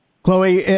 chloe